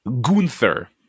Gunther